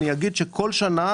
אני אגיד שכל שנה,